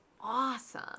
awesome